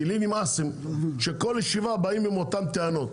כי לי נמאס שכל ישיבה באים עם אותן טענות.